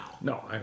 No